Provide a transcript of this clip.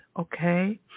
okay